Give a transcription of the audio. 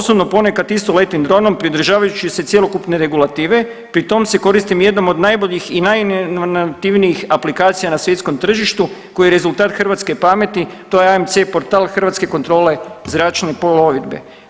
Osobno ponekad isto letim dronom pridržavajući se cjelokupne regulative pri tom se koristim jednom od najboljih i … aplikacija na svjetskom tržištu koji je rezultat hrvatske pameti, to je AMC portal Hrvatske kontrole zračne plovidbe.